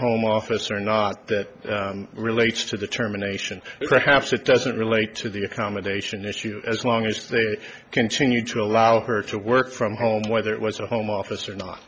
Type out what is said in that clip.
home office or not that relates to the terminations perhaps it doesn't relate to the accommodation issue as long as they continue to allow her to work from home whether it was a home office or not